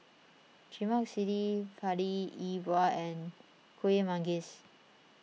Lemak Cili Padi E Bua and Kuih Manggis